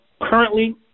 currently